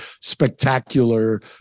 spectacular